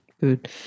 good